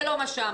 זה לא מה שאמרתי.